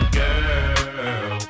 girl